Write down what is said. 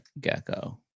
gecko